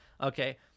okay